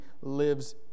lives